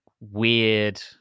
weird